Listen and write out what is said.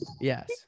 Yes